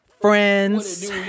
friends